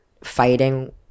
fighting